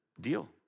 deal